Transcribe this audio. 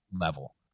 level